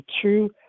True